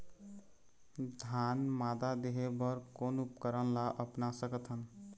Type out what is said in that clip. धान मादा देहे बर कोन उपकरण ला अपना सकथन?